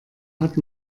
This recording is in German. hat